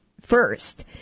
first